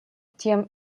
tiam